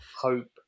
hope